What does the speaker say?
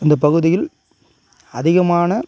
இந்த பகுதியில் அதிகமான